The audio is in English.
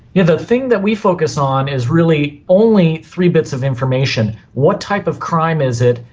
yeah the thing that we focus on is really only three bits of information what type of crime is it,